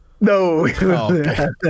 No